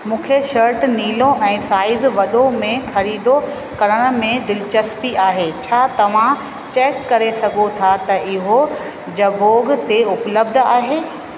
मूंखे शर्ट नीरो ऐं साईज़ वॾो में ख़रीदी करण में दिलचस्पी आहे छा तव्हां चेक करे सघो था त इहो जबोंग ते उपलब्ध आहे